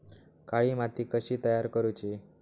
काळी माती कशी तयार करूची?